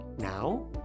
Now